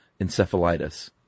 encephalitis